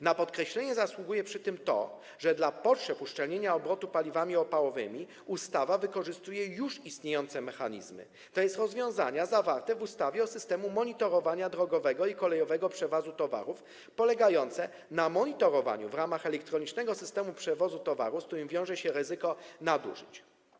Na podkreślenie zasługuje przy tym to, że dla potrzeb uszczelnienia obrotu paliwami opałowymi ustawa wykorzystuje już istniejące mechanizmy, to jest rozwiązania zawarte w ustawie o systemie monitorowania drogowego i kolejowego przewozu towarów, polegające na monitorowaniu w ramach elektronicznego systemu przewozu towaru, z którym wiąże się ryzyko nadużyć.